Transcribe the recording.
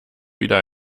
wieder